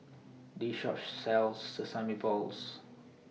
This Shop sells Sesame Balls